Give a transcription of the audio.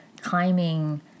climbing